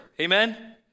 amen